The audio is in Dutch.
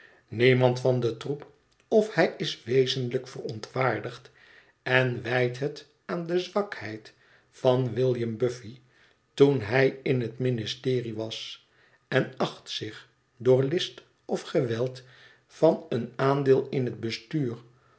niemand van den troep of hij is wezenlijk verontwaardigd en wijt het aan de zwakheid van william buffy toen hij in het ministerie was en acht zich door list of geweld van een aandeel in het bestuur